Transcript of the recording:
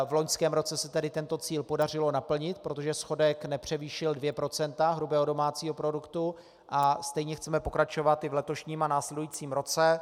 V loňském roce se tento cíl podařilo naplnit, protože schodek nepřevýšil dvě procenta hrubého domácího produktu, a stejně chceme pokračovat i v letošním a následujícím roce.